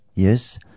Yes